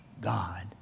God